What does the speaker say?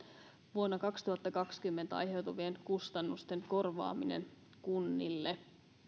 vuonna kaksituhattakaksikymmentä aiheutuvien kustannusten korvaaminen kunnille